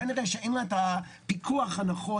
כנראה שאין לה את הפיקוח הנכון,